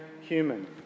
human